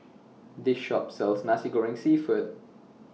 This Shop sells Nasi Goreng Seafood